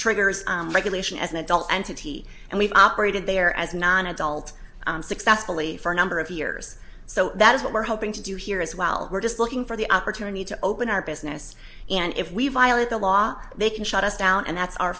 triggers regulation as an adult entity and we've operated there as non adult successfully for a number of years so that is what we're hoping to do here as well we're just looking for the opportunity to open our business and if we violate the law they can shut us down and that's our